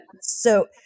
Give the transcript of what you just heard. So-